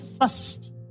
first